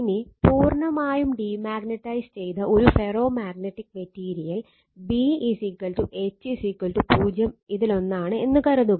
ഇനി പൂർണ്ണമായും demagnetise B H 0 ഇതിലൊന്നാണ് എന്ന് കരുതുക